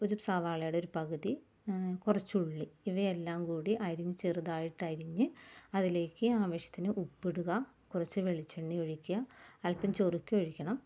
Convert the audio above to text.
ഒരു സവാളയുടെ ഒരു പകുതി കുറച്ചുള്ളി ഇവയെല്ലാം കൂടി അരിഞ്ഞു ചെറുതായിട്ട് അരിഞ്ഞ് അതിലേക്ക് ആവശ്യത്തിന് ഉപ്പിടുക കുറച്ച് വെളിച്ചെണ്ണയൊഴിക്കുക അല്പം ചൊറുക്കെ ഒഴിക്കണം